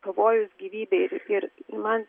pavojus gyvybei ir ir man